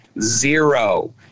Zero